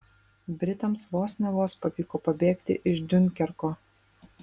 britams vos ne vos pavyko pabėgti iš diunkerko